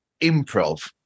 improv